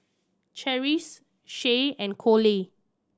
Charisse Shay and Kole